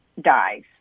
dies